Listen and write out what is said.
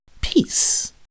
peace